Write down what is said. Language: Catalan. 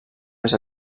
més